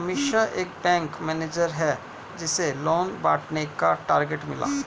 अमीषा एक bank manager है जिसे लोन बांटने का टारगेट मिला